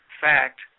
fact